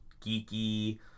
geeky